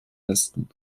westen